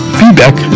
feedback